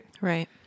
right